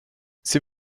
sie